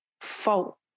fault